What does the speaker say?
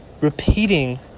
repeating